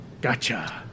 Gotcha